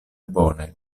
bone